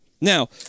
Now